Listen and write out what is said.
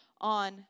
on